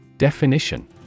Definition